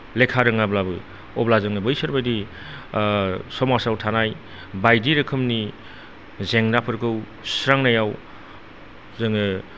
लेखा रोङाब्लाबो अब्ला जोङो बैसोरबायदि समाजाव थानाय बायदि रोखोमनि जेंनाफोरखौ सुस्रांनायाव जोङो